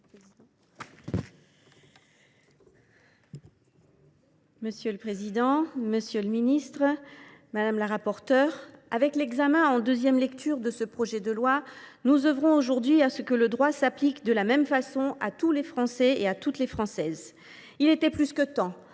Monsieur le président, monsieur le ministre, mes chers collègues, avec l’examen en deuxième lecture de ce projet de loi, nous œuvrons aujourd’hui à ce que le droit s’applique de la même façon à tous les Français et à toutes les Françaises. Il était plus que temps